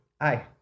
Hi